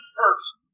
person